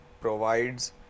provides